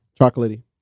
Chocolatey